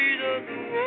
Jesus